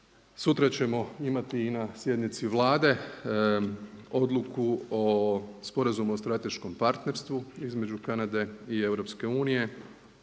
Sutra ćemo imati i na sjednici Vlade odluku o sporazumu o strateškom partnerstvu između Kanade i EU, tako da